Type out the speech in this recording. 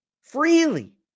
Freely